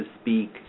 speak